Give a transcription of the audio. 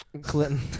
Clinton